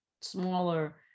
smaller